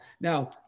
Now